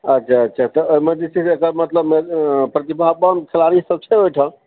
अच्छा अच्छा तऽ ओहिमे जे छै से मतलब प्रतिभावान खिलाड़ी सब छै ओहिठाम